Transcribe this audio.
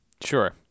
Sure